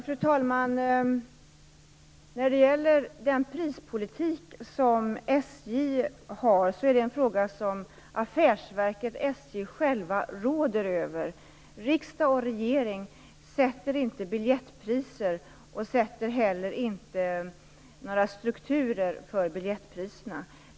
Fru talman! SJ:s prispolitik är en fråga som affärsverket SJ självt råder över. Riksdag och regering sätter inte biljettpriser och lägger heller inte fast några strukturer för biljettpriserna.